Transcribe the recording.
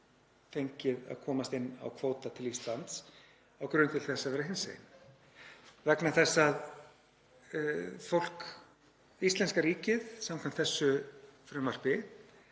fengið að komast inn á kvóta til Íslands á grundvelli þess að vera hinsegin vegna þess að íslenska ríkið, samkvæmt þessu frumvarpi,